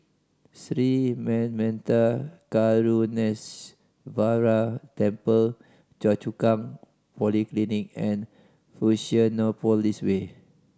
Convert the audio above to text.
Sri Manmatha Karuneshvarar Temple Choa Chu Kang Polyclinic and Fusionopolis Way